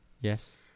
Yes